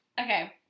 Okay